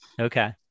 Okay